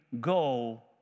go